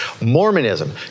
Mormonism